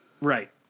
Right